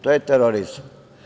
To je terorizam.